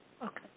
Okay